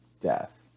Death